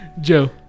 Joe